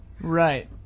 right